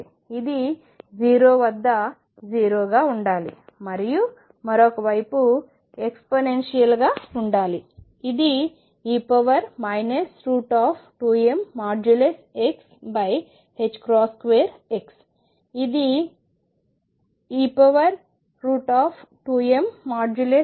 ఇది 0 వద్ద 0 గా ఉండాలి మరియు మరొక వైపు ఎక్స్పొనెన్షియల్ గా ఉండాలి ఇది e 2mE2x